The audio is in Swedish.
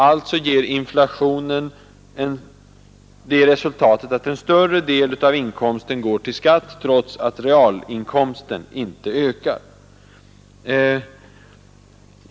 Alltså ger inflationen det resultatet att större delen av inkomsten går till skatt, trots att realinkomsten inte ökar.